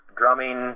drumming